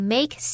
Make